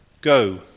go